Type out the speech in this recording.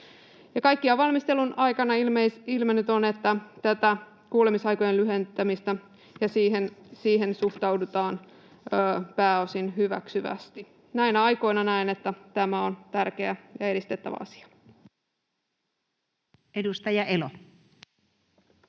kaikkiaan valmistelun aikana ilmennyt on, että tähän kuulemisaikojen lyhentämiseen suhtaudutaan pääosin hyväksyvästi. Näinä aikoina näen, että tämä on tärkeä ja edistettävä asia. [Speech 119]